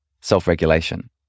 self-regulation